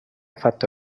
fatto